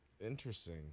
Interesting